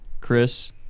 Chris